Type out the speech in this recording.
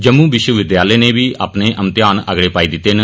जम्मू विश्वविद्यालय नै बी अपने मतेयान अगड़े पाई दित्ते न